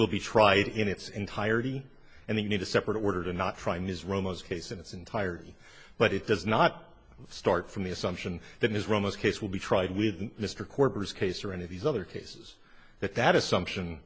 will be tried in its entirety and they need a separate order to not try ms romas case in its entirety but it does not start from the assumption that is ramos case will be tried with mr quarters case or any of these other cases that that assumption